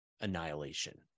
annihilation